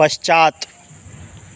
पश्चात्